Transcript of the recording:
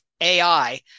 AI